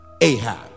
Ahab